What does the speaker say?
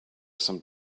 some